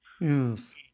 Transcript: Yes